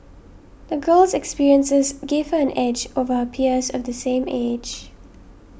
the girl's experiences gave her an edge over her peers of the same age